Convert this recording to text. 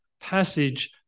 passage